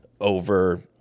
over